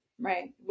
Right